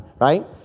right